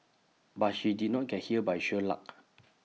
but she did not get here by sheer luck